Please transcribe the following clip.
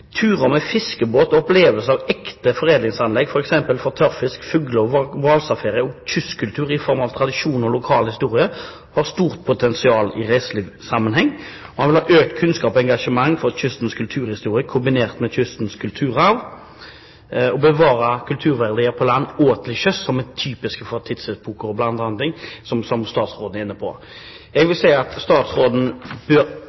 med fiskebåt, opplevelse av ekte foredlingsanlegg for eksempel for tørrfisk, fugle- og hvalsafari og kystkultur i form av tradisjoner og lokal historie har stort potensial i reiselivssammenheng.» En vil også ha «økt kunnskap og engasjement for kystens kulturhistorie, kombinert med kystens kulturarv» og bevare kulturverdier på land og til sjøs som er typiske for tidsepoker, bl.a., som statsråden er inne på. Jeg vil si at statsråden bør